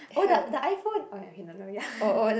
oh the the iPhone oh ya no no ya